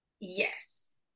Yes